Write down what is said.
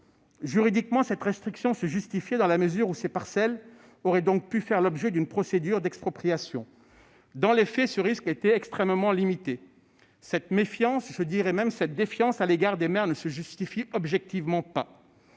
agricoles. Cette restriction se justifiait juridiquement dans la mesure où ces parcelles auraient pu faire l'objet d'une procédure d'expropriation. Dans les faits, ce risque est extrêmement limité. Cette méfiance, voire cette défiance, à l'égard des maires ne se justifie objectivement pas.